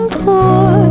poor